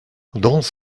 dans